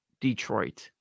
Detroit